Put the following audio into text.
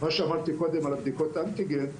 מה שאמרתי קודם על בדיקות האנטיגן,